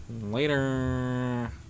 Later